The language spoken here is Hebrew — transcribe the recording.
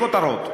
בלי כותרות,